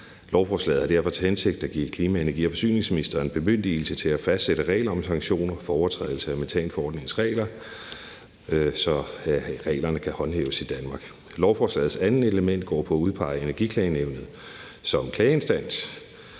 Lovforslaget har derfor til hensigt at give klima-, energi- og forsyningsministeren bemyndigelse til at fastsætte regler om sanktioner for overtrædelse af metanforordningens regler, så reglerne kan håndhæves i Danmark. Lovforslagets andet element går på at udpege Energiklagenævnet som klageinstans.